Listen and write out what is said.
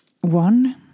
one